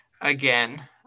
again